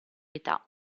età